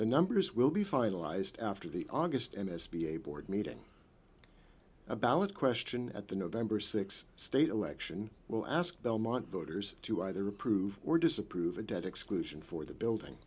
the numbers will be finalized after the august and s b a board meeting a ballot question at the november six state election will ask belmont voters to either approve or disapprove a debt exclusion for the building